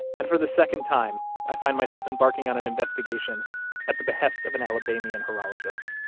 and for the second time, i find myself embarking on an investigation at the behest of an alabamian horologist